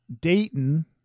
Dayton